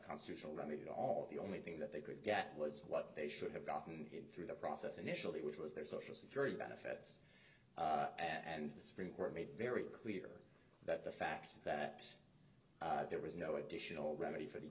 constitutional that needed all the only thing that they could get was what they should have gotten through the process initially which was their social security benefits and the supreme court made very clear that the fact that there was no additional remedy for the